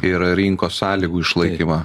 ir rinkos sąlygų išlaikymą